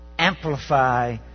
amplify